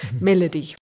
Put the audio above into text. melody